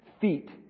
feet